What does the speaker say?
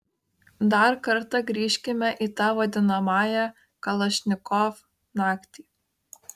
dar kartą grįžkime į tą vadinamąją kalašnikov naktį